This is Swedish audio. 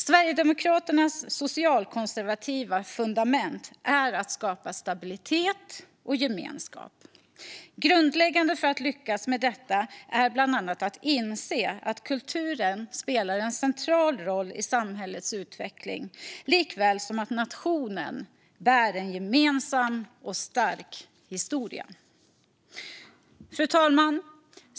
Sverigedemokraternas socialkonservativa fundament är att skapa stabilitet och gemenskap. Grundläggande för att lyckas med detta är bland annat att inse att kulturen spelar en central roll i samhällets utveckling likaväl som att nationen bär en gemensam och stark historia. Fru talman!